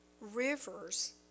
rivers